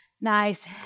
nice